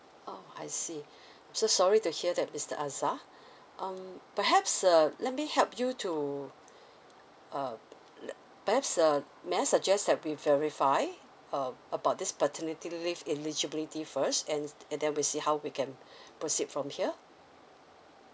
oh I see so sorry to hear that mister azar um perhaps uh let me help you to uh le~ perhaps uh may I suggest that we verify uh about this paternity leave eligibility first and then we see how we can proceed from here